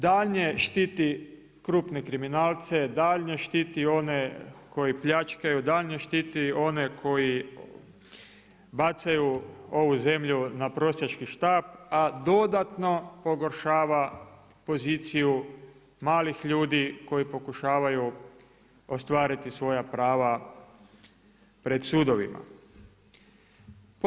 Daljnje štiti krupne kriminalce, daljnje štiti one koji pljačkaju, daljnje štiti one koji bacaju ovu zemlju na prosjački štap a dodatno pogoršava poziciju malih ljudi koji pokušavaju ostvariti svoja prava pred sudovima.